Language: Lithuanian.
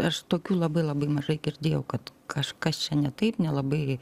aš tokių labai labai mažai girdėjau kad kažkas čia ne taip nelabai